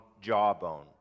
jawbone